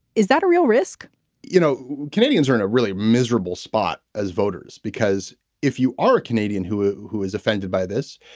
is that a real risk you know canadians are in a really miserable spot as voters because if you are a canadian who ah who is offended by this.